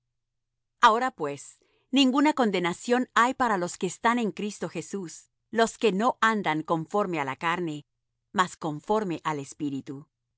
ahora pues ninguna condenación hay para los que están en cristo jesús los que no andan conforme á la carne mas conforme al espíritu